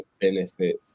benefit